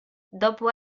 dopo